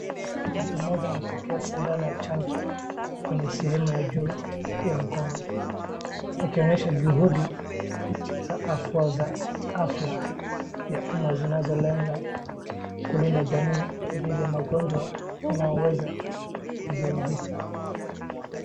Mtu mmoja anapokea sindano ya chanjo kwenye sehemu ya juu ya mkono akionyesha juhudi za afya ya umma zinazolenga kulinda jamii dhidi ya magonjwa yanayoweza kuzuilika.